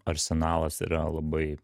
arsenalas yra labai